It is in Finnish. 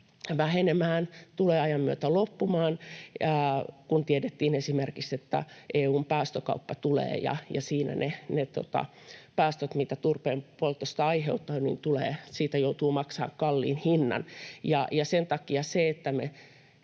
vähenemään ja tulee ajan myötä loppumaan, kun tiedettiin esimerkiksi, että EU:n päästökauppa tulee ja siinä niistä päästöistä, mitä turpeen poltosta aiheutuu, joutuu maksamaan kalliin hinnan. Me ei silloin